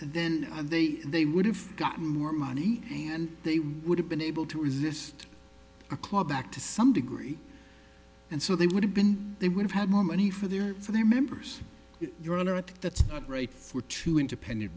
then they they would have gotten more money and they would have been able to resist a claw back to some degree and so they would have been they would have had more money for their for their members your honor it that's right for two independent